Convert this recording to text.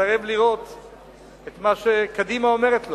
ויסרב לראות את מה שקדימה אומרת לו.